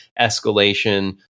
escalation